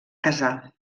casar